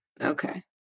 Okay